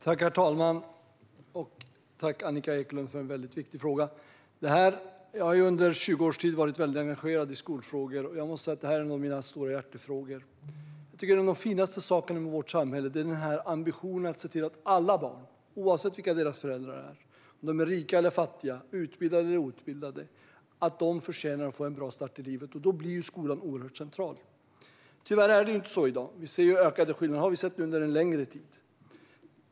Herr talman! Tack, Annika Eclund, för en viktig fråga! Jag har under 20 års tid varit väldigt engagerad i skolfrågor, och detta är en av mina stora hjärtefrågor. Jag tycker att en av de finaste sakerna med vårt samhälle är ambitionen att se till att alla barn, oavsett vilka deras föräldrar är, om de är rika eller fattiga, utbildade eller outbildade, får en bra start i livet. Då blir skolan oerhört central. Tyvärr är det inte så i dag. Vi ser ökade skillnader; det har vi gjort under en längre tid.